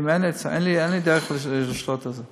כי אם אין לי, אין לי דרך לשלוט בזה.